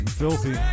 filthy